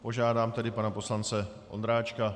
Požádám tedy pana poslance Ondráčka.